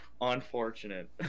unfortunate